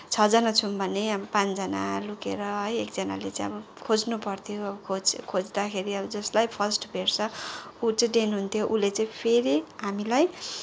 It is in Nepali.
छजना छौँ भने अब पाँचजना लुकेर है एकजनाले चाहिँ अब खोज्नु पर्थ्यो अब खोज्दाखेरि अब जसलाई फर्स्ट भेट्छ ऊ चाहिँ डेन हुन्थ्यो उसले चाहिँ फेरि हामीलाई